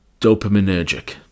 dopaminergic